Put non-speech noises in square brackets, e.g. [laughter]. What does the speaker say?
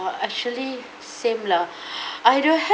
uh actually same lah [breath] I don't have